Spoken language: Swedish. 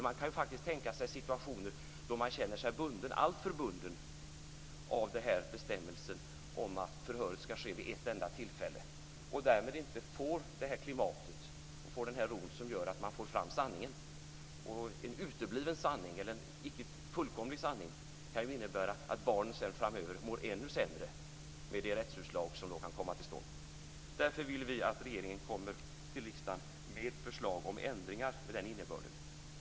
Man kan ju faktiskt tänka sig situationer då man känner sig bunden, alltför bunden, av den här bestämmelsen om att förhöret ska ske vid ett enda tillfälle och därmed inte får det klimat och den ro som gör att man får fram sanningen. Och en utebliven eller icke fullkomlig sanning kan ju innebära att barnet sedan framöver mår ännu sämre med det rättsutslag som då kan komma till stånd. Därför vill vi att regeringen kommer till riksdagen med förslag om ändringar med den innebörden.